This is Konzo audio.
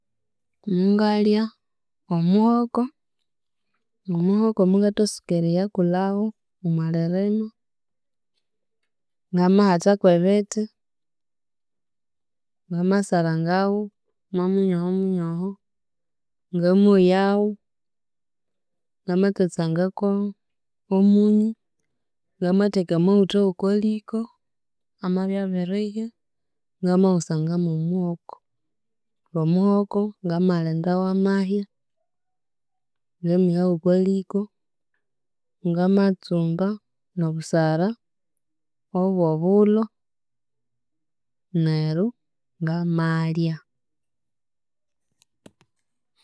Mungalya omuhoko, omuhoko mungathatsuka eriyakulhawu omwa lirima, ngamahatha kw'ebithi, namasarangawu mwamunyoho munyoho, ngamoyawu, namatsatsangako omu- omunyu, namatheka amaghutha w'okwa liko, amabya abirihya, ngamawusanga mw'omuhogo, omuhoko, ngamalindawu amahya, namiha w'okwa liko, ngamatsumba n'obusara obw'obulho, neryo ngamalya.